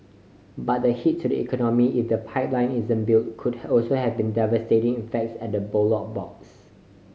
but the hit to the economy if the pipeline isn't built could also have been devastating effects at the ballot box